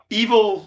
evil